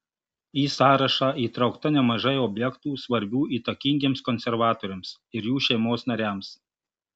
į sąrašą įtraukta nemažai objektų svarbių įtakingiems konservatoriams ir jų šeimos nariams